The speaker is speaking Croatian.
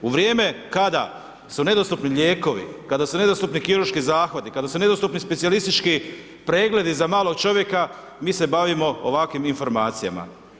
U vrijeme kada su nedostupni lijekovi, kada su nedostupni kirurški zahvati, kada su nedostupni specijalistički pregledi za malog čovjeka mi se bavimo ovakvim informacijama.